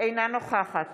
אינה נוכחת